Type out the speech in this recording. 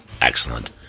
excellent